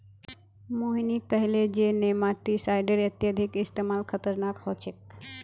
मोहिनी कहले जे नेमाटीसाइडेर अत्यधिक इस्तमाल खतरनाक ह छेक